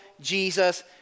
Jesus